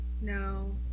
No